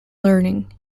learning